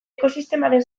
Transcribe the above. ekosistemaren